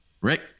Rick